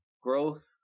growth